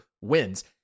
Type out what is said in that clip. wins